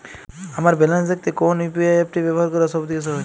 আমার ব্যালান্স দেখতে কোন ইউ.পি.আই অ্যাপটি ব্যবহার করা সব থেকে সহজ?